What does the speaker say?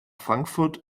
frankfurt